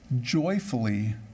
joyfully